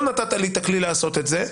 לא נתת לי את הכלי לעשות את זה.